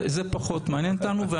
זה פחות מעניין אותנו.